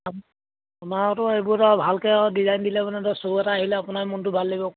আমাৰোতো এইবোৰত আৰু ভালকৈ আৰু ডিজাইন দিলে মানে ধৰক শ্ব' এটা আহিলে আপোনাৰে মনটো ভাল লাগিব